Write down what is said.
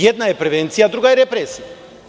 Jedna je prevencija, a druga je represija.